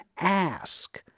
ask